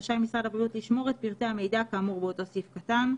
רשאי משרד הבריאות לשמור את פרטי המידע כאמור באותו סעיף קטן,